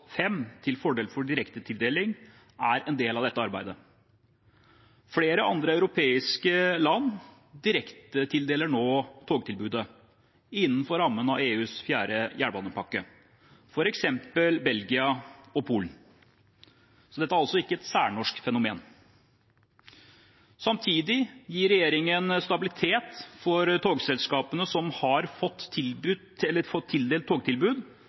til fordel for direktetildeling, er en del av dette arbeidet. Flere andre europeiske land direktetildeler nå togtilbudet innenfor rammene av EUs fjerde jernbanepakke, f.eks. Belgia og Polen. Dette er altså ikke et særnorsk fenomen. Samtidig gir regjeringen stabilitet for togselskapene som har fått